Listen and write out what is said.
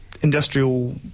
industrial